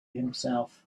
himself